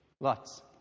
Lots